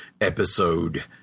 episode